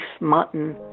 mutton